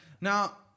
Now